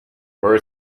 where